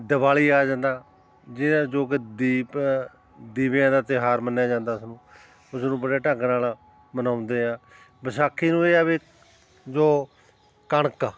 ਦਿਵਾਲੀ ਆ ਜਾਂਦਾ ਜੇ ਆ ਜੋ ਕਿ ਦੀਪ ਦੀਵਿਆਂ ਦਾ ਤਿਉਹਾਰ ਮੰਨਿਆ ਜਾਂਦਾ ਉਸਨੂੰ ਉਸਨੂੰ ਬੜੇ ਢੰਗ ਨਾਲ ਮਨਾਉਂਦੇ ਆ ਵਿਸਾਖੀ ਨੂੰ ਇਹ ਹੈ ਵੀ ਜੋ ਕਣਕ